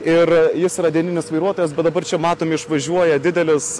ir jis yra dieninis vairuotojas bet dabar čia matom išvažiuoja didelis